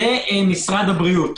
משרד הבריאות.